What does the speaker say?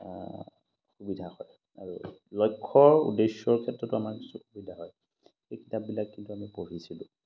সুবিধা হয় আৰু লক্ষ্যৰ উদ্দেশ্যৰ ক্ষেত্ৰতো আমাৰ কিছু সুবিধা হয় সেই কিতাপবিলাক কিন্তু আমি পঢ়িছিলোঁ